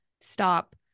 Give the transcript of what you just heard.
stop